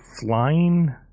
flying